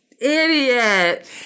Idiot